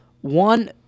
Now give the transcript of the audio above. one